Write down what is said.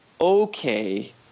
okay